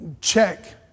check